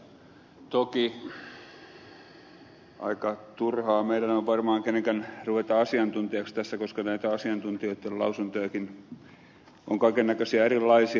toki aika turhaa meidän on varmaan kenenkään ruveta asiantuntijaksi tässä koska näitä asiantuntijoitten lausuntojakin on kaiken näköisiä erilaisia